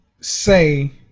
say